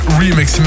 remix